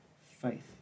faith